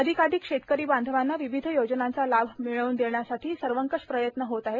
अधिकाधिक शेतकरी बांधवांना विविध योजनांचा लाभ मिळवून देण्यासाठी सर्वंकष प्रयत्न होत आहेत